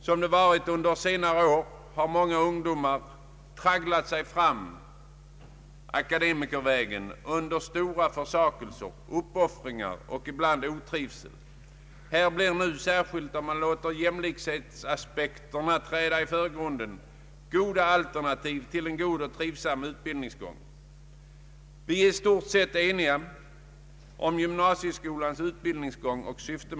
Under de senaste åren har många ungdomar tragglat sig fram på akademikervägen under stora försakelser, uppoffringar och ibland otrivsel. Här finns, särskilt om man låter jämlikhetsaspekterna träda i förgrunden, goda alternativ till en trivsam utbildningsgång. Vi är i stort sett eniga om gymnasieskolans utbildningsgång och syfte.